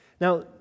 Now